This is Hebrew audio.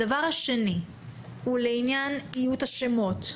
הדבר השני הוא לעניין איות השמות.